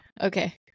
Okay